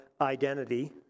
Identity